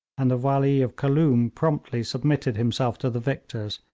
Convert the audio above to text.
and the wali of khooloom promptly submitted himself to the victors,